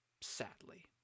Sadly